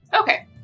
Okay